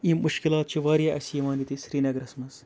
یِم مُشکِلات چھِ واریاہ اَسہِ یِوان ییٚتہِ سریٖنَگرَس منٛز